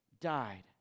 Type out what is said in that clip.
died